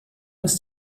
ist